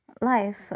life